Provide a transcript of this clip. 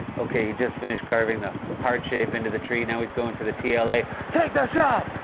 okay, he just finished carving the heart shape into the tree. now he's going for the tla. take the shot.